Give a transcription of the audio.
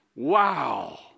Wow